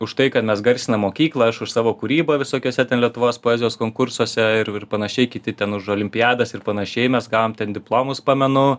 už tai kad mes garsinam mokyklą aš už savo kūrybą visokiuose ten lietuvos poezijos konkursuose ir ir panašiai kiti ten už olimpiadas ir panašiai mes gavom ten diplomus pamenu